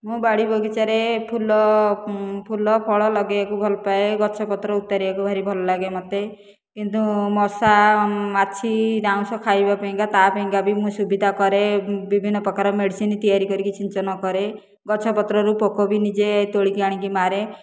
ମୁଁ ବାଡ଼ି ବଗିଚାରେ ଫୁଲ ଫୁଲ ଫଳ ଲଗାଇବାକୁ ଭଲପାଏ ଗଛପତ୍ର ଉତାରିବାକୁ ଭାରି ଭଲ ଲାଗେ ମୋତେ କିନ୍ତୁ ମଶାମାଛି ଡାଆଁଶ ଖାଇବା ପାଇଁକା ତା ପାଇଁକା ବି ମୁଁ ସୁବିଧା କରେ ବିଭିନ୍ନ ପ୍ରକାର ମେଡ଼ିସିନ ତିଆରି କରି ସିଞ୍ଚନ କରେ ଗଛପତ୍ରରୁ ପୋକ ବି ନିଜେ ତୋଳିକି ଆଣିକି ମାରେ